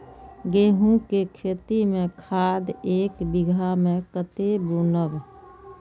गेंहू के खेती में खाद ऐक बीघा में कते बुनब?